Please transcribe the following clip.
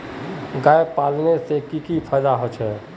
गाय पालने से की की फायदा होचे?